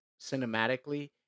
cinematically